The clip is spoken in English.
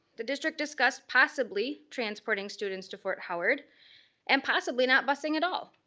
the district discussed possibly transporting students to fort howard and possibly not busing at all.